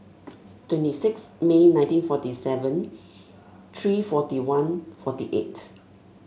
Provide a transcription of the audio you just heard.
twenty six May nineteen forty seven three forty one forty eight